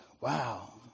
wow